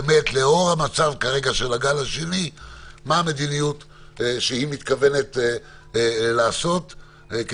מה המדיניות שהיא מתכוונת לעשות לאור המצב של הגל השני,